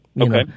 Okay